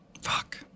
Fuck